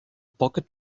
pocket